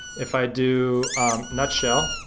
if i do nutshell,